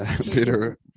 Peter